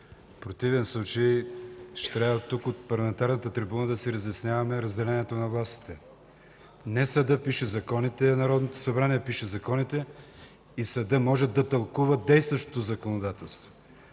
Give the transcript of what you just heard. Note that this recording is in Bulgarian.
противен случай ще трябва от парламентарната трибуна да си разясняваме разделението на властите. Не съдът пише законите, а Народното събрание. Съдът може да тълкува действащото законодателство.